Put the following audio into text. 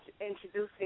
introducing